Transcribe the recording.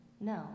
No